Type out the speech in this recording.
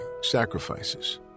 sacrifices